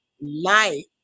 life